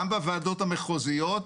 גם בוועדות המחוזיות.